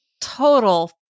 total